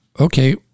okay